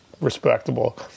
respectable